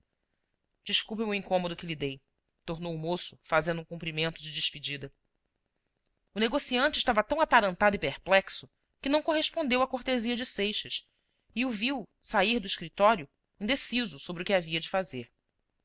desculpe-me o incômodo que lhe dei tornou o moço fazendo um cumprimento de despedida o negociante estava tão atarantado e perplexo que não correspondeu à cortesia de seixas e o viu sair do escritório indeciso sobre o que havia de fazer